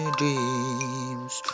dreams